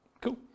Cool